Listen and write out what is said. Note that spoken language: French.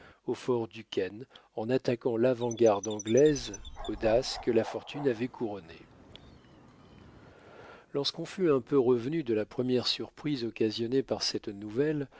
au fort duquel en attaquant l'avant-garde anglaise audace que la fortune avait couronnée lorsqu'on fut un peu revenu de la première surprise occasionnée par cette nouvelle